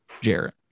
Jarrett